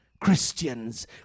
Christians